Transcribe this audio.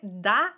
da